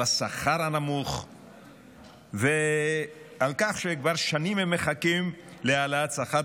על השכר הנמוך ועל כך שכבר שנים הם מחכים להעלאת שכר.